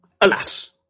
alas